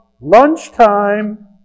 lunchtime